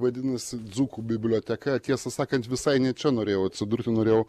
vadinasi dzūkų biblioteka tiesą sakant visai ne čia norėjau atsidurti norėjau